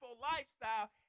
lifestyle